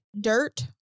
Dirt